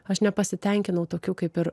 aš nepasitenkinau tokių kaip ir